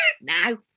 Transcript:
now